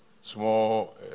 small